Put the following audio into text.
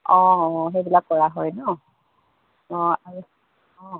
অঁ অঁ সেইবিলাক কৰা হয় ন অঁ আৰু অঁ